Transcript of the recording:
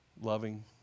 loving